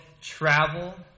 travel